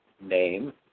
name